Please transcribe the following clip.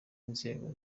inzego